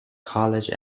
college